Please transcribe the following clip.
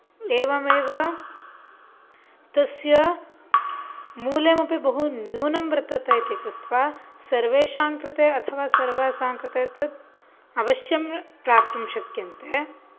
एवमेव तस्य मूल्यमपि बहु न्यूनं वर्तते इति कृत्वा सर्वेषां कृते अथवा सर्वासां कृते तत् अवश्यं प्राप्तुं शक्यन्ते